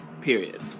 period